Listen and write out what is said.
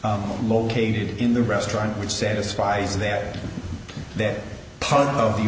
located in the restaurant which satisfies their that part of the